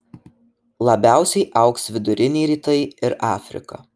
labiausiai augs viduriniai rytai ir afrika